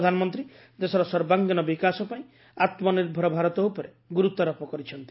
ପ୍ରଧାନମନ୍ତ୍ରୀ ଦେଶର ସର୍ବାଙ୍ଗୀନ ବିକାଶ ପାଇଁ ଆତ୍ମନିର୍ଭର ଭାରତ ଉପରେ ଗୁରୁତ୍ୱାରୋପ କରିଛନ୍ତି